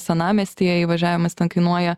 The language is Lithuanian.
senamiestyje įvažiavimas ten kainuoja